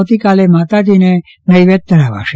આવતીકાલે માતાજીને નૈવેધ ધરાવાશે